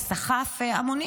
וסחף המונים,